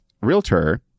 realtor